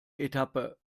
etappe